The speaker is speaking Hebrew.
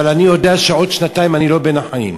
אבל אני יודע שעוד שנתיים אני לא בין החיים.